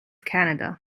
canada